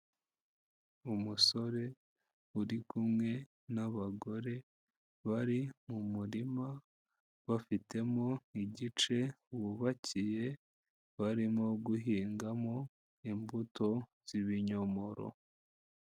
Umusore uri kumwe n'abagore bari mu murima, bafitemo n'igice bubakiye barimo guhingamo imbuto z'ibinyomoro.